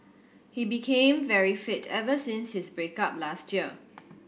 he became very fit ever since his break up last year